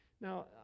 Now